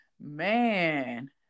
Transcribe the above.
man